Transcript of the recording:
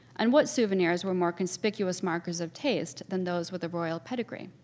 and what souvenirs were more conspicuous markers of taste than those with a royal pedigree?